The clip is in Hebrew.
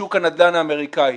בשוק הנדל"ן האמריקאי.